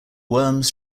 worms